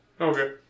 Okay